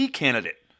candidate